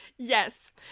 Yes